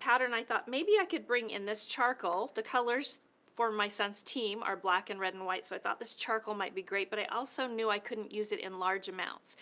pattern, i thought maybe i could bring in this charcoal. the colors for my son's team are black and red and white, so i thought this charcoal might be great. but i also knew i couldn't use it in large amounts.